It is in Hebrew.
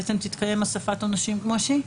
תתקיים אסיפת הנושים כפי שהיא?